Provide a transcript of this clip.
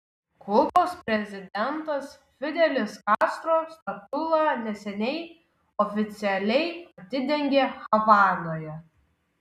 kubos prezidentas fidelis kastro statulą neseniai oficialiai atidengė havanoje